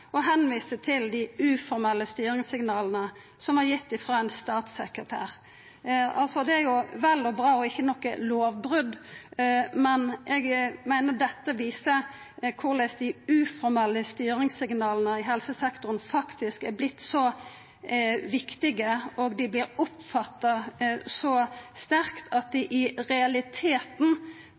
og viste til dei uformelle styringssignala som var gitt av ein statssekretær. Det er vel og bra og ikkje noko lovbrot, men eg meiner dette viser korleis dei uformelle styringssignala i helsesektoren faktisk har vorte så viktige og vert oppfatta så sterkt at dei i realiteten